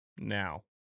now